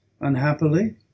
Unhappily